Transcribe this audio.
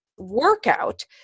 workout